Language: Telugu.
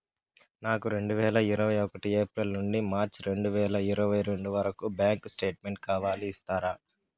నాకు రెండు వేల ఇరవై ఒకటి ఏప్రిల్ నుండి మార్చ్ రెండు వేల ఇరవై రెండు వరకు బ్యాంకు స్టేట్మెంట్ కావాలి ఇస్తారా